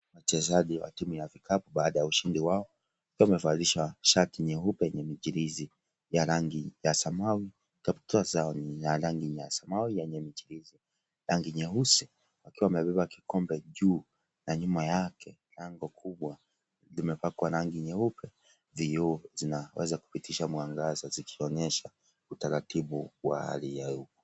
Wachezaji wa timu ya vikapu baada ya ushindi wao, wakiwa wamevalishwa shati nyeupe yenye michirizi ya rangi ya samawi kaptura zao ni ya rangi ya samawi yenye michirizi ya rangi nyeusi wakiwa wamebeba kikombe juu na nyuma yake lango kubwa limepakwa rangi nyeupe. Vioo zinaweza kupitisha mwangaza zikionyesha utaratibu wa hali hii ya uko .